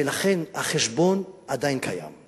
ולכן החשבון עדיין קיים.